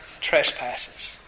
trespasses